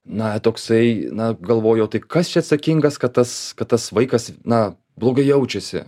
na toksai na galvoju o tai kas čia atsakingas kad tas kad tas vaikas na blogai jaučiasi